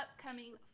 upcoming